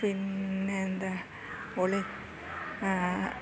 പിന്നെ എന്താണ് ഒളി